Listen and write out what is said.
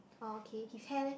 oh okay his hair leh